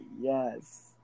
Yes